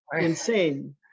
insane